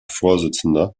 vorsitzender